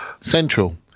central